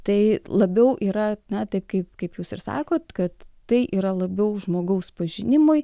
tai labiau yra na taip kaip kaip jūs ir sakot kad tai yra labiau žmogaus pažinimui